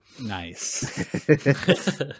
Nice